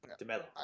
DeMello